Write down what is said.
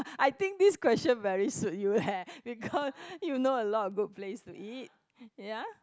I think this question very suit you eh because you know a lot of good place to eat ya